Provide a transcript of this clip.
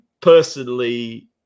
Personally